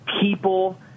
people